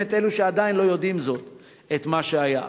את אלו שעדיין לא יודעים זאת את מה שהיה.